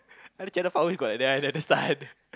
I know channel five always got like that one at the start